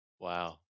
Wow